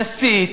מסית,